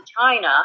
China